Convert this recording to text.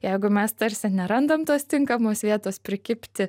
jeigu mes tarsi nerandam tos tinkamos vietos prikibti